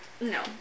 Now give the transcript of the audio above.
No